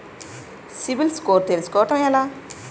CIBIL score తెల్సుకోటం ఎలా?